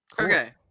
Okay